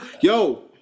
Yo